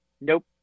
Nope